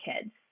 kids